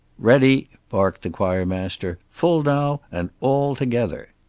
ready, barked the choir master. full now, and all together.